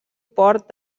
port